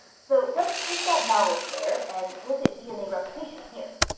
so let's take that knowledge there and look at dna replication here.